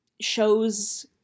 shows